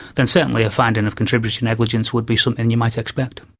then certainly a finding of contributory negligence would be something you might expect.